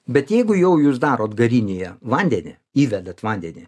bet jeigu jau jūs darot garinėje vandenį įvedat vandenį